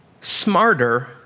smarter